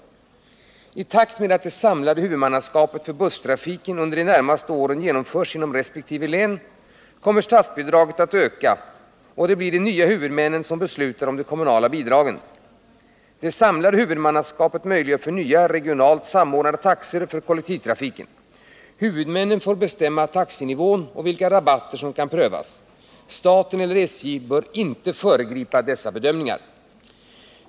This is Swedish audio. I takt med att det samlade huvudmannaskapet för busstrafiken under de närmaste åren genomförs inom resp. län kommer statsbidraget att öka, och det blir de nya huvudmännen som beslutar om de kommunala bidragen. Det samlade huvudmannaskapet möjliggör nya regionalt samordnade taxor för kollektivtrafiken. Huvudmännen får bestämma taxenivån och vilka rabatter som kan prövas. Staten eller SJ bör inte föregripa dessa bedömningar.